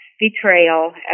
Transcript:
Betrayal